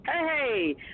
hey